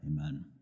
Amen